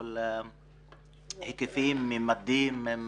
שיכול --- היקפים, מימדים, מסגרות,